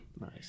Nice